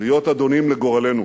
להיות אדונים לגורלנו.